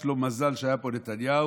יש לו מזל שהיה פה נתניהו,